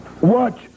Watch